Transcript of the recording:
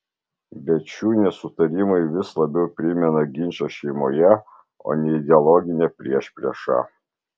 bet šių nesutarimai vis labiau primena ginčą šeimoje o ne ideologinę priešpriešą